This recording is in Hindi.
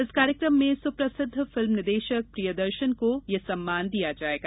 इस कार्यक्रम में सुप्रसिद्ध फिल्म निदेशक प्रियदर्शन को यह सम्मान दिया जायेगा